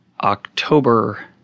October